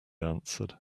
answered